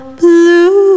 blue